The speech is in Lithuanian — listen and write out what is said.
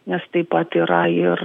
nes taip pat yra ir